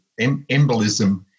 embolism